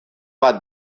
bat